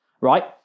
right